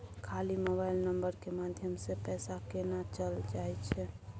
खाली mobile number के माध्यम से पैसा केना चल जायछै?